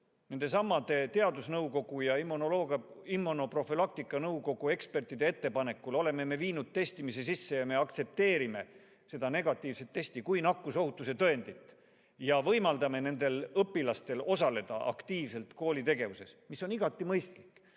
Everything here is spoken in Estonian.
nendesamade teadusnõukoja ja immunoprofülaktika komisjoni ekspertide ettepanekul viinud testimise sisse ning aktsepteerime negatiivset testi kui nakkusohutuse tõendit ja võimaldame nendel õpilastel osaleda aktiivselt koolis õppetöös – see on igati mõistlik